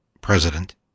president